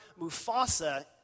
Mufasa